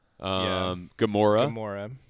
Gamora